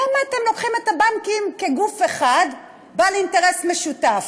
למה אתם לוקחים את הבנקים כגוף אחד בעל אינטרס משותף?